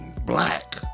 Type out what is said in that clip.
black